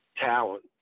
talent